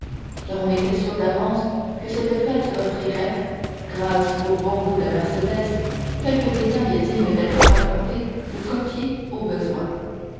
car on était sûr d'avance que cette fête offrirait grâce au bon goût de mercédès quelques détails dignes d'être racontés ou copiés au besoin